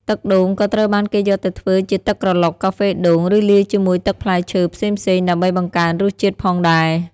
ទឹកដូងក៏ត្រូវបានគេយកទៅធ្វើជាទឹកក្រឡុក កាហ្វេដូង ឬលាយជាមួយទឹកផ្លែឈើផ្សេងៗដើម្បីបង្កើនរសជាតិផងដែរ។